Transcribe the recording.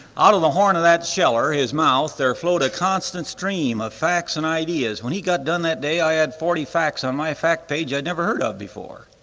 out of the horn of that sheller, his mouth, there flowed a constant stream of facts and ideas, when he got done that day i had forty facts on my fact page i'd never heard of before,